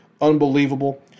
Unbelievable